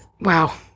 Wow